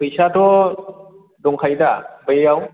फैसाथ' दंखायोदा बैयाव